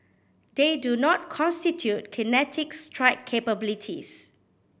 they do not constitute kinetic strike capabilities